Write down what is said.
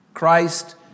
Christ